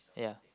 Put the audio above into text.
yeah